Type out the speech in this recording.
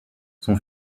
son